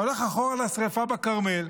אתה הולך אחורה לשריפה בכרמל,